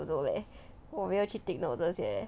I don't know leh 我没有去 take note 这些